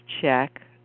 check